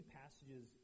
passages